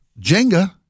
Jenga